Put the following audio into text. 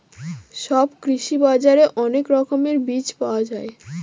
সব কৃষি বাজারে অনেক রকমের বীজ পাওয়া যায়